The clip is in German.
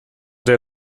der